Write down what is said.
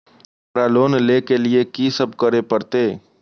हमरा लोन ले के लिए की सब करे परते?